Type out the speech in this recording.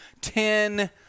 ten